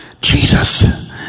Jesus